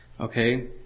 Okay